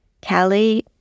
Kelly